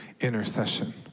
intercession